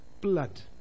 blood